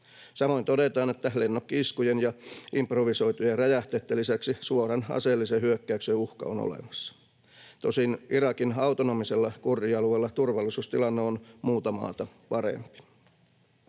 Samoin todetaan, että lennokki-iskujen ja improvisoitujen räjähteitten lisäksi suoran aseellisen hyökkäyksen uhka on olemassa. Tosin Irakin autonomisella kurdialueella turvallisuustilanne on muuta maata parempi.